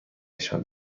نشان